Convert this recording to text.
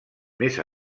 més